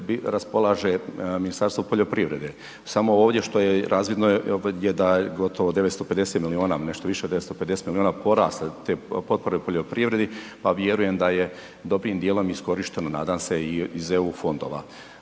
raspolaže Ministarstvo poljoprivrede, samo ovdje što je, razvidno je da je gotovo 950 milijuna, nešto više od 950 milijuna, porasle te potpore u poljoprivredi, pa vjerujem da je dobrim dijelom iskorišteno nadam se i iz EU fondova,